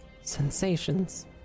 ...sensations